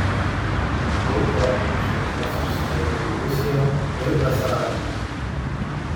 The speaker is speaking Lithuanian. daug romų iš lietuvos išsikėlė į rusiją ir besarabiją